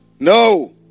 No